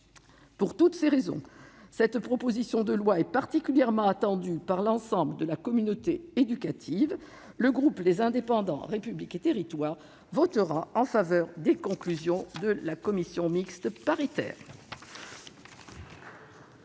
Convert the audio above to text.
Pour toutes ces raisons, cette proposition de loi est particulièrement attendue par l'ensemble de la communauté éducative. Le groupe Les Indépendants - République et Territoires votera en faveur des conclusions de la commission mixte paritaire.